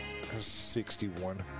61